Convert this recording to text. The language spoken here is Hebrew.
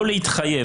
לא להתחייב,